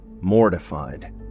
Mortified